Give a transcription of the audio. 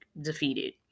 defeated